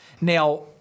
Now –